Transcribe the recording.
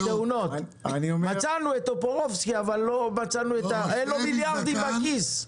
מצאנו את טופורובסקי אבל אין לו מיליארדים בכיס.